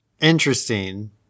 Interesting